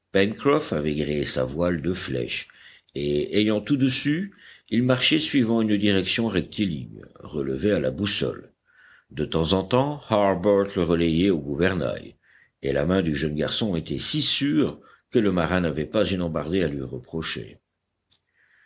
gréé sa voile de flèche et ayant tout dessus il marchait suivant une direction rectiligne relevée à la boussole de temps en temps harbert le relayait au gouvernail et la main du jeune garçon était si sûre que le marin n'avait pas une embardée à lui reprocher